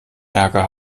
ärger